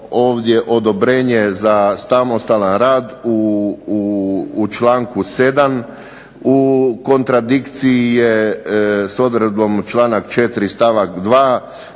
Hvala vam